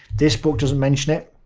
this book doesn't mention it.